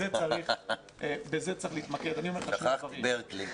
אדוני היושב-ראש,